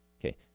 okay